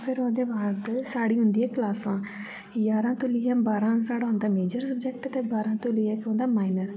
ते फिर ओह्दे बाद साढ़ी होंदी ऐ क्लासां जारा तो लेईयै बारां साढ़ा होंदा मेजर सब्जेक्ट ते बारां तु लेइयै इक होंदा माइनर